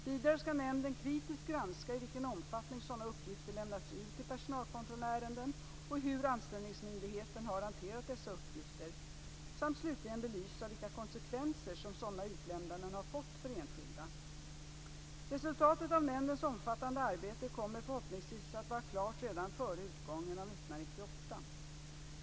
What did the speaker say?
Vidare skall nämnden kritiskt granska i vilken omfattning sådana uppgifter lämnats ut i personalkontrollärenden och hur anställningsmyndigheten har hanterat dessa uppgifter samt slutligen belysa vilka konsekvenser som sådana utlämnanden har fått för enskilda. Resultatet av nämndens omfattande arbete kommer förhoppningsvis att vara klart redan före utgången av 1998.